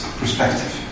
perspective